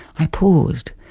i paused,